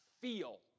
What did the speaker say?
feel